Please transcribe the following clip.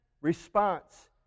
response